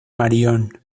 marion